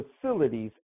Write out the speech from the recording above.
facilities